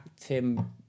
Tim